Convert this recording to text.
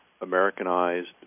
Americanized